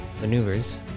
maneuvers